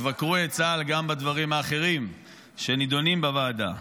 תבקרו יהיה צה"ל גם בדברים האחרים שנדונים בוועדה,